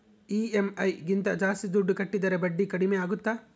EMI ಗಿಂತ ಜಾಸ್ತಿ ದುಡ್ಡು ಕಟ್ಟಿದರೆ ಬಡ್ಡಿ ಕಡಿಮೆ ಆಗುತ್ತಾ?